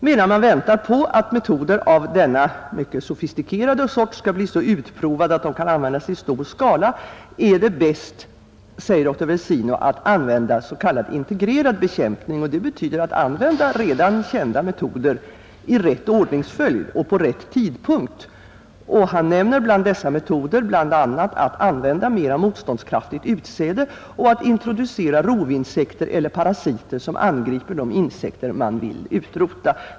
Medan man väntar på att metoder av denna mycket sofistikerade sort skall bli så utprovade att de kan användas i stor skala, är det bäst, säger dr Versino, att använda s.k. integrerad bekämpning. Det betyder att man använder redan kända metoder i rätt ordningsföljd och på rätt tidpunkt. Han nämner av dessa metoder bl.a. att använda mera motståndskraftigt utsäde och att introducera rovinsekter eller parasiter som angriper de insekter man vill utrota.